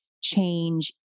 change